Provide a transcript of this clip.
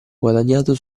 guadagnato